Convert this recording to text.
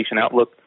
outlook